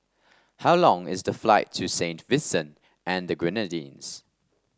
how long is the flight to Saint Vincent and the Grenadines